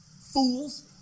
fools